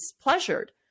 pleasured